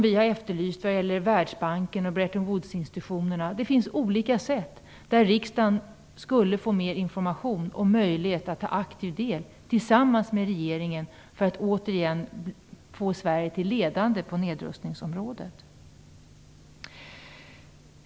Vi har efterlyst detta vad det gäller Världsbanken och Bretton-Woods-institutionerna. Det finns olika sätt att ge riksdagen mer information om möjligheten att ta aktiv del, tillsammans med regeringen, för att återigen göra Sverige ledande på nedrustningsområdet.